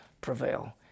prevail